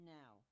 now